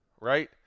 right